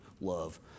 love